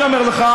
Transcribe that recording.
אני אומר לך,